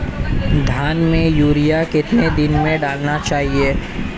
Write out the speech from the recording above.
धान में यूरिया कितने दिन में डालना चाहिए?